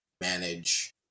manage